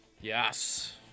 Yes